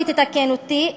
ותתקן אותי,